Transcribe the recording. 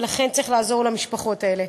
ולכן צריך לעזור למשפחות האלה.